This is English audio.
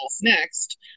next